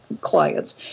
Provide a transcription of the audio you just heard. clients